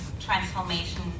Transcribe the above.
transformation